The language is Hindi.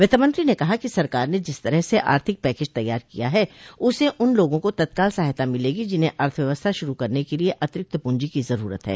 वित्तमंत्री ने कहा कि सरकार ने जिस तरह से आर्थिक पैकेज तैयार किया है उससे उन लोगों को तत्काल सहायता मिलेगी जिन्हें अर्थव्यवस्था शुरू करने के लिए अतिरिक्त प्रंजी की जरूरत है